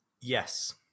yes